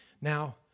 Now